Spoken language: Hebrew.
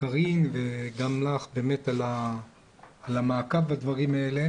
לקארין וגם לך על המעקב בדברים האלה.